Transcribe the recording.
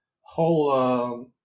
whole